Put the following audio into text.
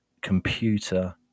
computer